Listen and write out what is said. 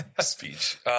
speech